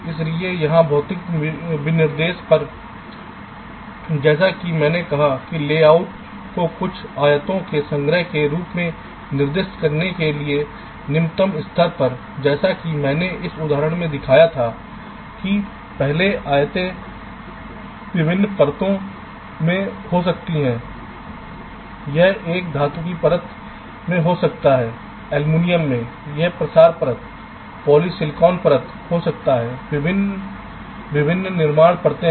इसलिए यहां भौतिक विनिर्देश पर जैसा कि मैंने कहा कि लेआउट को कुछ आयतों के संग्रह के रूप में निर्दिष्ट करने के लिए निम्नतम स्तर पर जैसा कि मैंने उस उदाहरण में दिखाया था कि पहले आयतें विभिन्न परतों में हो सकती हैं यह एक धातु की परत में हो सकता है एल्यूमीनियम में यह प्रसार परत पॉलीसिलिकॉन परत हो सकता है विभिन्न विभिन्न निर्माण परतें हैं